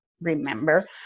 remember